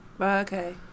Okay